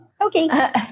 Okay